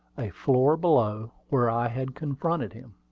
a floor below where i had confronted him.